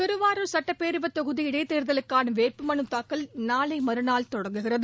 திருவாரூர் சுட்டப்பேரவைத் தொகுதி இடைத்தேர்தலுக்கான வேட்புமனு தாக்கல் நாளை மறுநாள் தொடங்குகிறது